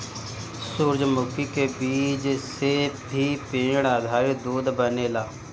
सूरजमुखी के बीज से भी पेड़ आधारित दूध बनेला